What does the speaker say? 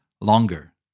longer